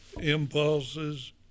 impulses